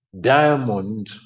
diamond